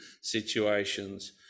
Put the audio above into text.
situations